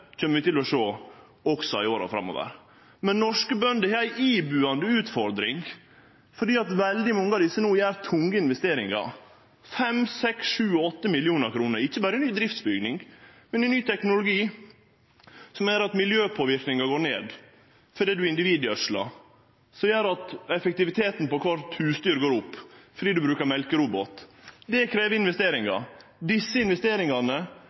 kjem vi til å sjå også i åra framover. Men norske bønder har ei ibuande utfordring fordi veldig mange av desse no gjer tunge investeringar – på 5, 6, 7, 8 mill. kr – ikkje berre i driftsbygningar, men i ny teknologi, som gjer at miljøpåverknaden går ned fordi ein individgjødslar, og som gjer at effektiviteten når det gjeld kvart husdyr, går opp fordi ein brukar mjølkerobot. Det krev investeringar, og til desse investeringane